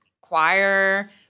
choir